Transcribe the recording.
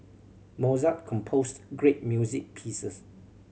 Mozart composed great music pieces